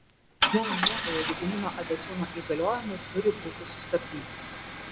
jo laimėtojo gedimino abeciūno įgaliojimai turi būti sustabdyti